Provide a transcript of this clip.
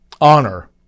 honor